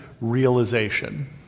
realization